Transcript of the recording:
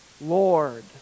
Lord